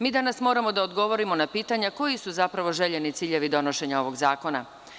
Mi danas moramo da odgovorimo na pitanja koji su zapravo željeni ciljevi donošenja ovog zakona.